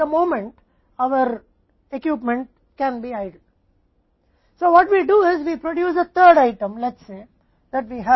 तो हम क्या करते हैं हम 3rd आइटम का उत्पादन करते हैं जो हमें कहते हैं कि हमारे पास यहां है